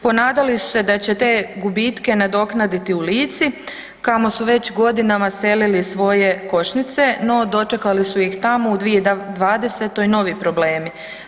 Ponadali su se da će te gubitke nadoknaditi u Lici kamo su već godinama selili svoje košnice, no dočekali su ih tamo u 2020.-toj novi problemi.